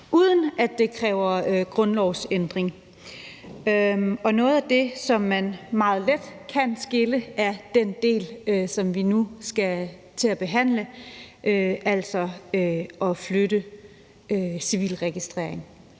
uden at det kræver grundlovsændring. Noget af det, som man meget let kan skille, er den del, som vi nu skal til at behandle, altså at flytte civilregistrering